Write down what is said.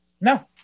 No